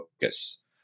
focus